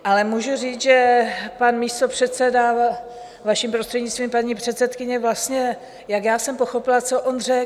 Ale můžu říct, že pan místopředseda, vaším prostřednictvím, paní předsedkyně, vlastně jak já jsem pochopila, co on řekl?